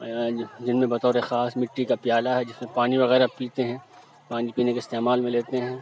جن میں بطور خاص مٹی کا پیالہ ہے جس میں پانی وغیرہ پیتے ہیں پانی پینے کے استعمال میں لیتے ہیں